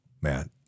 Matt